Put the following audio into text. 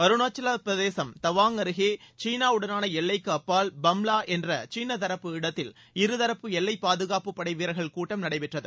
அருணாச்சல பிரதேசம் டவாங் அருகே சீனாவுடனான எல்லைக்கு அப்பால் பம்லா என்ற சீன தரப்பு இடத்தில் இருதரப்பு எல்லைபாதுகாப்புப்படை வீரர்கள் கூட்டம் நடைபெற்றது